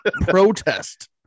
Protest